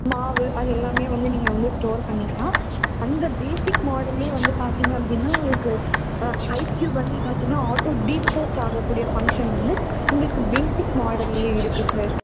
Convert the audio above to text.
மாவு அது எல்லாமே வந்து நீங்கள் வந்து ஸ்டோர் பண்ணிக்கலாம் அந்த பேஸிக் மாடல்லேயே வந்து பார்த்திங்க அப்படின்னா உங்களுக்கு ஐஸ் க்யூப் வந்து இதாச்சுனா ஆட்டோ டிபிரோஸ்ட் ஆகக்கூடிய ஃபங்க்ஷன் வந்து உங்களுக்கு பேஸிக் மாடல்லேயே இருக்குது சார்